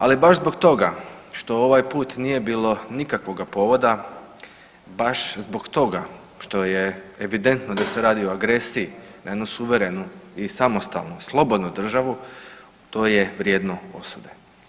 Ali baš zbog toga što ovaj put nije bilo nikakvoga povoda, baš zbog toga što je evidentno da se radi o agresiji na jednu suverenu i samostalnu slobodnu državu, to je vrijedno osude.